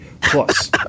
Plus